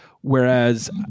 Whereas